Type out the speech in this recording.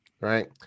right